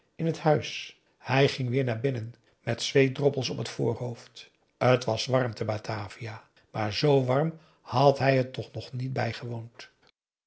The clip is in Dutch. in huis hij ging weer naar binnen met zweetdroppels op het voorhoofd t was warm te batavia maar z warm had hij het toch nog niet bijgewoond